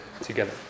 together